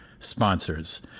sponsors